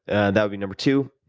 and that would be number two.